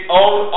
own